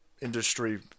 industry